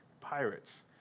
Pirates